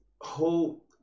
whole